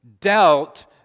dealt